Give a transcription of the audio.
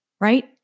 right